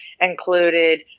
included